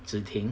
zhi theng